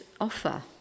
offer